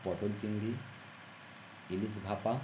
পটল চিংড়ি ইলিশ ভাপা